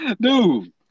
Dude